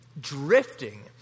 drifting